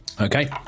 okay